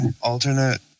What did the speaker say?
alternate